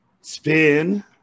Spin